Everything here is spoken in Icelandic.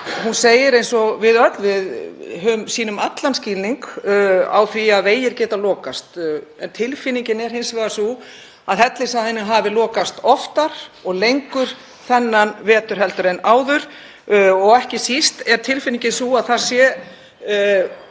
hún segir, eins og við öll: Við sýnum því allan skilning að vegir geta lokast, en tilfinningin er hins vegar sú að Hellisheiðin hafi lokast oftar og lengur þennan vetur en áður og ekki síst er tilfinningin sú að það sé